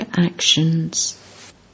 actions